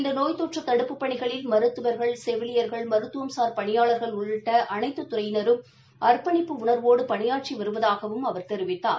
இந்த நோய் தொற்று தடுப்புப் பணியில் மருத்துவர் செவிலியர் மருத்துவம்சார் பணியாளர்கள் உள்ளிட்ட அனைத்துத் துறையினரும் அர்ப்பணிப்பு உணர்வோடு பணியாற்றி வருவதாகவும் அவர் தெரிவித்தார்